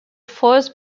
fourth